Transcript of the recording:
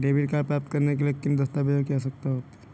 Debit card प्राप्त करने के लिए किन दस्तावेज़ों की आवश्यकता होती है?